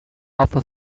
alpha